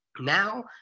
Now